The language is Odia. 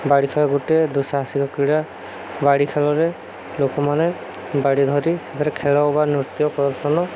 ବାଡ଼ି ଖେଳ ଗୋଟେ ଦୁଃସାହାସିକ କ୍ରୀଡ଼ା ବାଡ଼ି ଖେଳରେ ଲୋକମାନେ ବାଡ଼ି ଧରି ସେଥିରେ ଖେଳ ବା ନୃତ୍ୟ ପ୍ରଦର୍ଶନ